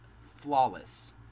flawless